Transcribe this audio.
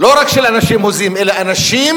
לא רק של אנשים הוזים, אלא של אנשים